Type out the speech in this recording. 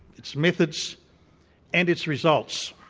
its methods and its results.